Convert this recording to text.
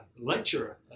lecturer